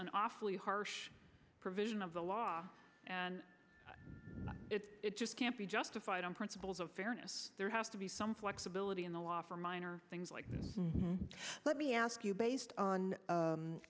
an awfully harsh provision of the law and it just can't be justified on principles of fairness there has to be some flexibility in the law for minor things like this let me ask you based on